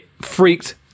freaked